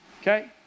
Okay